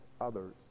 others